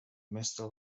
mestre